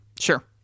Sure